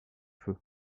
feu